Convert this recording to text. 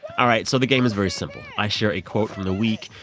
all right. so the game is very simple. i share a quote from the week.